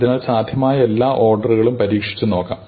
അതിനാൽ സാധ്യമായ എല്ലാ ഓർഡറുകളും പരീക്ഷിച്ച് നോക്കാം